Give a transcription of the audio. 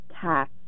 tax